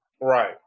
Right